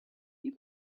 you